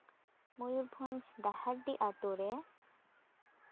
ᱢᱚᱭᱩᱨᱵᱷᱚᱸᱧᱡᱽ ᱰᱟᱦᱟᱨᱰᱤ ᱟᱛᱳᱨᱮ